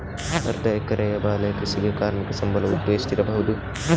ಅರ್ಧ ಎಕರೆಯ ಬಾಳೆ ಕೃಷಿಗೆ ಕಾರ್ಮಿಕ ಸಂಬಳ ಒಟ್ಟು ಎಷ್ಟಿರಬಹುದು?